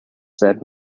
said